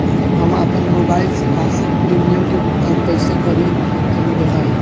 हम आपन मोबाइल से मासिक प्रीमियम के भुगतान कइसे करि तनि बताई?